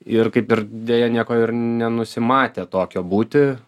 ir kaip ir deja nieko ir nenusimatė tokio būti